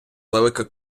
велика